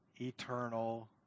eternal